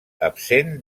absent